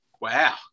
Wow